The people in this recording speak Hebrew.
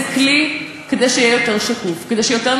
זה כלי כדי שהתקציב